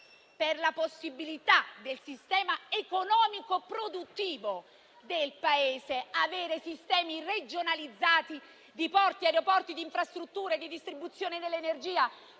per le possibilità del sistema economico-produttivo del nostro Paese, avere dei sistemi regionalizzati di porti, aeroporti, infrastrutture e distribuzione dell'energia.